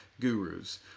gurus